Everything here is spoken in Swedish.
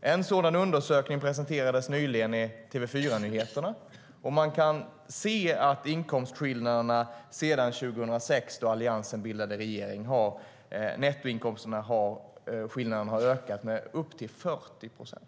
En sådan undersökning presenterades nyligen i TV4:s Nyheterna . Man kan se att skillnaderna i nettoinkomster har sedan 2006 då Alliansen bildade regering ökat med upp till 40 procent.